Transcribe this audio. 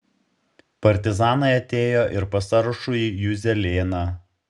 partizanai atėjo ir pas aršųjį juzelėną